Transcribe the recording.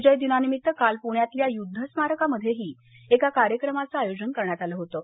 विजय दिनानिमित्त काल पूण्यातल्या युद्ध स्मारकामध्येही एका कार्यक्रमाचं आयोजन करण्यात आलं होतं